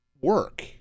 work